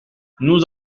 nous